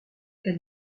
elle